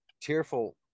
tearful